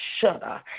shudder